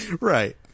Right